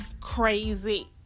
crazy